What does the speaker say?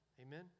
Amen